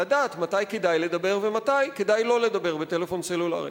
לדעת מתי כדאי לדבר ומתי כדאי לא לדבר בטלפון סלולרי.